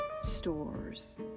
stores